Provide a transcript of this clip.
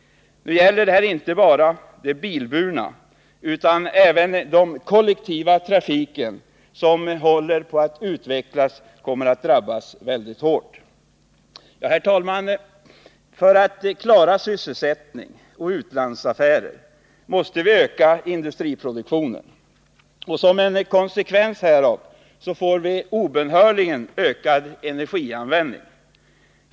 Inte bara de bilburna utan även de som utnyttjar den kollektiva trafik som håller på att utvecklas kommer att drabbas mycket hårt. Herr talman! För att kunna klara sysselsättningen och våra utlandsaffärer måste vi öka industriproduktionen. Konsekvensen härav blir obönhörligen en ökad energianvändning.